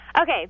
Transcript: Okay